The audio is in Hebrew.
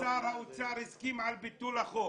שר האוצר הסכים לביטול החוק